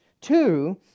two